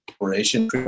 operation